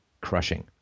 crushing